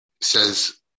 says